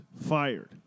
fired